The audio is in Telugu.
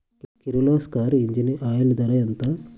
కిర్లోస్కర్ ఇంజిన్ ఆయిల్ ధర ఎంత?